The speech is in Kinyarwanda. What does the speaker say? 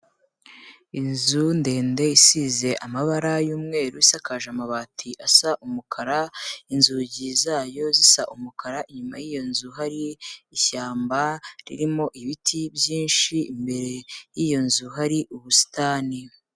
Inzu ndende isize amabara y'umweru isakaje amabati asa umukara, inzugi zayo zisa umukara, inyuma y'iyo nzu hari ishyamba ririmo ibiti byinshi, imbere y'iyo nzu hari ubusitani.